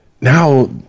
now